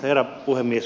herra puhemies